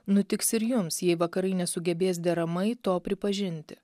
nutiks ir jums jei vakarai nesugebės deramai to pripažinti